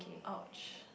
!ouch!